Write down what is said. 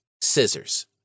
scissors